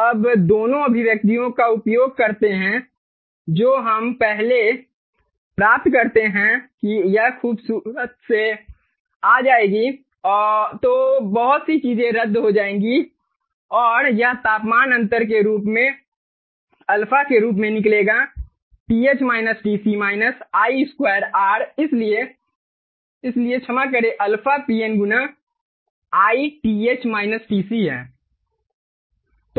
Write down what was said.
अब दोनों अभिव्यक्तियों का उपयोग करते हैं जो हम पहले प्राप्त करते हैं कि यह खूबसूरती से आ जाएगी तो बहुत सी चीजें रद्द हो जाएंगी और यह तापमान अंतर के रूप में α के रूप में निकलेगा I2R इसलिए इसलिए क्षमा करें αPN गुना I है